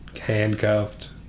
handcuffed